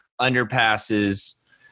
underpasses